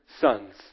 sons